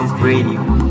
radio